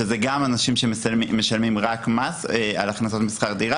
שזה גם אנשים שמשלמים רק מס על הכנסה משכר דירה